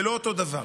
זה לא אותו דבר.